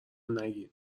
نگین